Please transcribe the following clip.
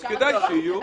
אז כדאי שיהיו.